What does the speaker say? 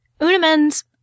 Unamens